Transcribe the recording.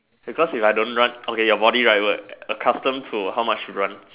because if I don't run okay your body right would accustom to how much run